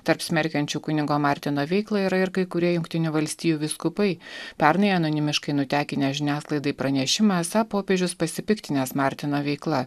tarp smerkiančių kunigo martino veiklą yra ir kai kurie jungtinių valstijų vyskupai pernai anonimiškai nutekinę žiniasklaidai pranešimą esą popiežius pasipiktinęs martino veikla